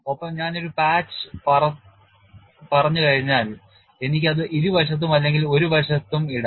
ഒപ്പം ഞാൻ ഒരു പാച്ച് പറഞ്ഞുകഴിഞ്ഞാൽ എനിക്ക് അത് ഇരുവശത്തും അല്ലെങ്കിൽ ഒരു വശത്തും ഇടാം